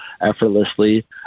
effortlessly